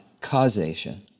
causation